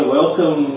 welcome